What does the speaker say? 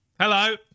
Hello